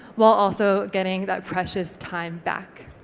while also getting that precious time back.